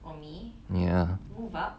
ya